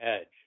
edge